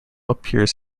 appears